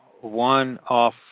one-off